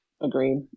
Agreed